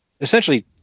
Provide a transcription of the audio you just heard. Essentially